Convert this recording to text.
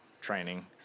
training